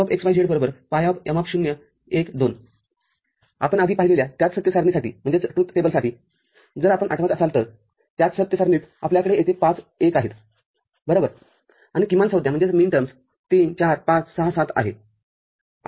Fxyz ∏ M०१२ आपण आधी पाहिलेल्या त्याच सत्य सारणीसाठी जर आपण आठवत असाल तर त्याच सत्य सारणीत आपल्याकडे येथे पाच १ आहेत बरोबर आणि किमानसंज्ञा ३४५६७ आहे